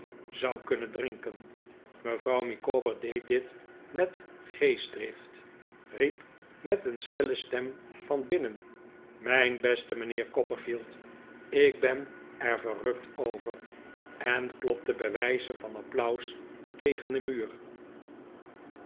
zou kunnen drinken mevrouw micawber deed dit met geestdrift riep met een schelle stem van binnen mijn beste mijnheer copperfield ik ben er verrukt over en klopte bij wijze van applaus tegen den muur